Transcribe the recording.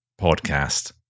podcast